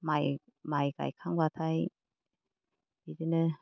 माइ गायखांबाथाय बिदिनो